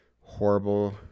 horrible